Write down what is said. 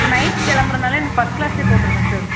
sir night கிளம்புறனால எனக்கு first க்ளாஸே போட்டுருங்க சார்